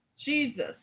Jesus